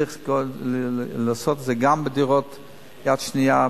וצריך לעשות את זה גם בדירות יד שנייה,